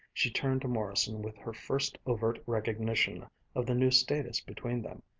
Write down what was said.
she turned to morrison with her first overt recognition of the new status between them.